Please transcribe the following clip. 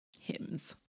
hymns